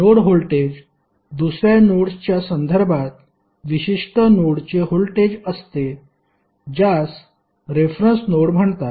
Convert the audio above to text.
node voltage दुसर्या नोडच्या संदर्भात विशिष्ट नोडचे व्होल्टेज असते ज्यास रेफरन्स नोड म्हणतात